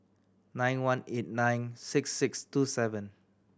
nine one eight nine six six two seven